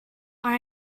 are